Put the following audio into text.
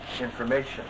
information